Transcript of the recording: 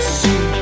see